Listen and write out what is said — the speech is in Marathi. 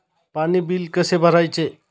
पाणी बिल कसे भरायचे?